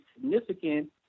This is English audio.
significant